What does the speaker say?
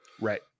Right